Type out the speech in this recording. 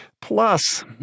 Plus